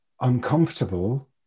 uncomfortable